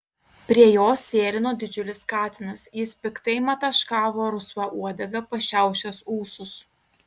prie jos sėlino didžiulis katinas jis piktai mataškavo rusva uodega pašiaušęs ūsus